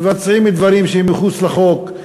מבצעים דברים שהם מחוץ לחוק,